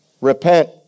Repent